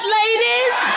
ladies